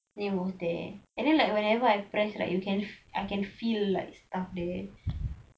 it was there and then like whenever I press like you can I can feel like stuff there